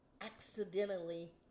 accidentally